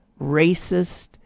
racist